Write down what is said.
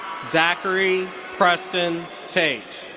zachary preston tait.